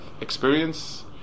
experience